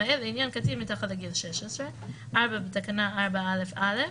למעט לעניין קטין מתחת לגיל 6. 4 בתקנה 4. א.א.